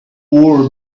wore